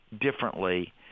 differently